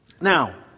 Now